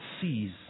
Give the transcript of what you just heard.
sees